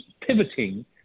pivoting